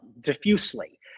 diffusely